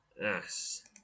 Yes